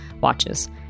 Watches